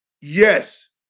Yes